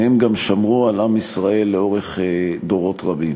והם גם שמרו על עם ישראל לאורך דורות רבים.